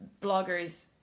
bloggers